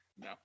No